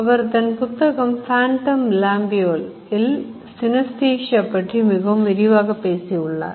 அவர் தன் புத்தகம் Phantom Lambule இல் Synesthasia பற்றி மிகவும் விரிவாக பேசியுள்ளார்